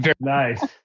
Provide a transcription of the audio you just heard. Nice